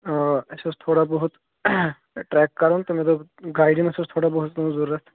اۭں اَسہِ اوس تھوڑا بہت ٹریک کرُن تہٕ مےٚ دۄپ گایڈٮ۪نٕس ٲس تھوڑا بہت تُہٕنٛز ضوٚرتھ